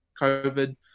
COVID